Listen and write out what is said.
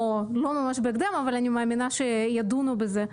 לא ממש בהקדם אבל אני מאמינה שידונו בזה בקרוב.